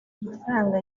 amafaranga